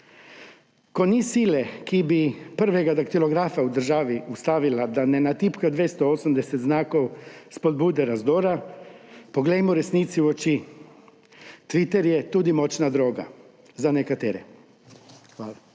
Ko ni sile, ki bi prvega daktilografa v državi ustavila, da ne natipka 280 znakov spodbude razdora, poglejmo resnici v oči – Twitter je tudi močna droga za nekatere. Hvala.